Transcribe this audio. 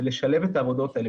ולשלב את העבודות האלה.